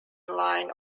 line